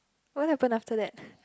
what happen after that